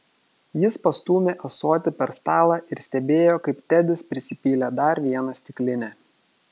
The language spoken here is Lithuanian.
jis pastūmė ąsotį per stalą ir stebėjo kaip tedis prisipylė dar vieną stiklinę